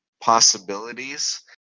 possibilities